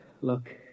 Look